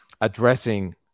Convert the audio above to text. addressing